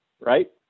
right